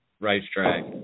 racetrack